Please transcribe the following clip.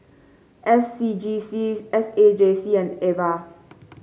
S C G C S A J C and Ava